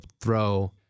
throw